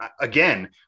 again